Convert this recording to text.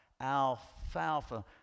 alfalfa